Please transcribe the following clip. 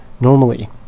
normally